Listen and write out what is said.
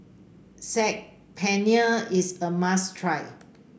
Saag Paneer is a must try